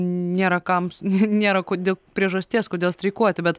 nėra kams nėra kodė priežasties kodėl streikuoti bet